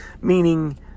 Meaning